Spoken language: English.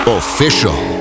official